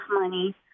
money